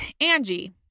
Angie